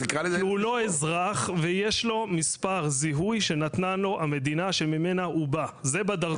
כי כל המספרים ששמעתם פה הם פיקטיביים, זה לא מספר